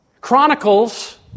Chronicles